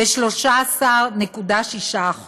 ב-13.6%,